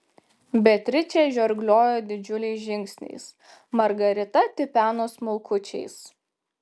beatričė žirgliojo didžiuliais žingsniais margarita tipeno smulkučiais